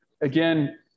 again